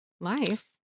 life